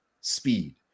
speed